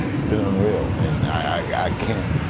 it's been unreal and i can't,